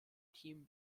team